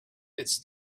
its